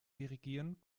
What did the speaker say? dirigieren